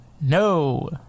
no